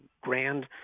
grand